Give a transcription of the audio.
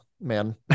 man